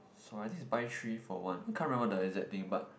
so I think it's buy three for one can't remember the exact thing but